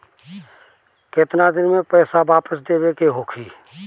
केतना दिन में पैसा वापस देवे के होखी?